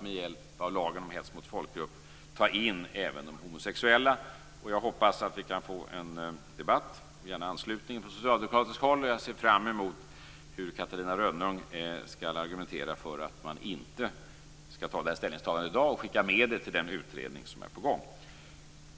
vi i lagen om hets mot folkgrupp skulle kunna ta in även de homosexuella. Jag hoppas att vi kan få en debatt, och gärna en anslutning, från socialdemokratiskt håll. Jag ser fram emot att höra hur Catarina Rönnung skall argumentera för att man inte skall göra det här ställningstagandet i dag och skicka med det till den utredning som är på gång.